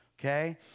Okay